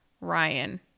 Ryan